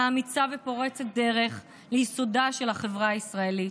האמיצה ופורצת הדרך לייסודה של החברה הישראלית.